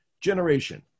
generation